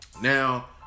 now